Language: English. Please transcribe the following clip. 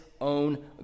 own